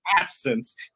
absence